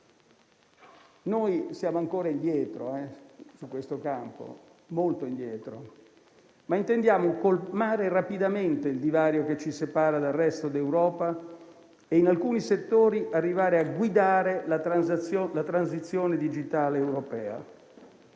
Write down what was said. Noi siamo ancora indietro in questo campo, molto indietro, ma intendiamo colmare rapidamente il divario che ci separa dal resto d'Europa e, in alcuni settori, arrivare a guidare la transizione digitale europea.